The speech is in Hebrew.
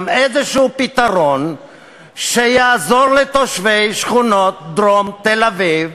גם פתרון כלשהו שיעזור לתושבי שכונות דרום תל-אביב